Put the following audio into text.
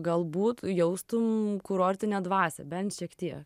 galbūt jaustum kurortinę dvasią bent šiek tiek